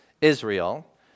Israel